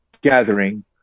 gathering